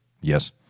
Yes